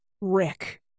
Rick